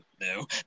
No